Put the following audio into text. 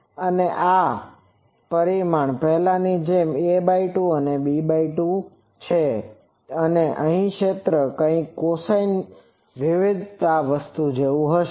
હવે આ પરિમાણ પહેલાની જેમ a2 છે આ b2 છે અને અહીં ક્ષેત્ર એ કંઇક cosine વિવિધતા વસ્તુ જેવુ હશે